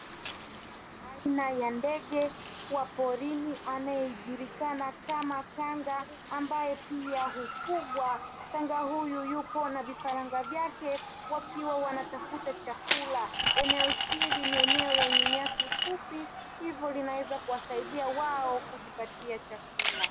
Aina ya ndege wa porini anayejulikana kama kanga ambaye pia hufugwa. Kanga huyu yupo na vifaranga vyake wakiwa wanatafuta chakula. Eneo hili ni eneo lenye nyasi fupi, hivyo linaweza kuwasaidia wao kujipatia chakula.